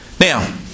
Now